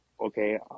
okay